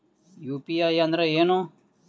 UPI ಅಂದ್ರೆ ಏನು?